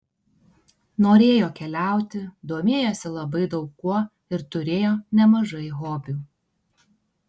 norėjo keliauti domėjosi labai daug kuo ir turėjo nemažai hobių